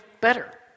better